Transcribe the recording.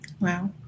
wow